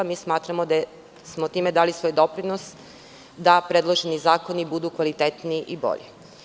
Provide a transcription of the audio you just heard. Smatramo da smo time dali svoj doprinos, da predloženi zakoni budu kvalitetniji i bolji.